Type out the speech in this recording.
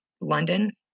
London